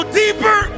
deeper